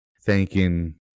thanking